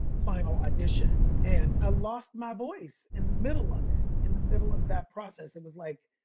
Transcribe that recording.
final audition, and i lost my voice in the middle of it, in the middle of that process, it was like,